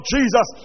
Jesus